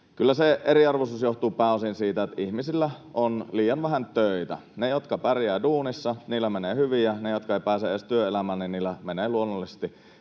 Kyllä se eriarvoisuus johtuu pääosin siitä, että ihmisillä on liian vähän töitä. Niillä, jotka pärjäävät duunissa, menee hyvin, ja niillä, jotka eivät pääse edes työelämään, menee luonnollisesti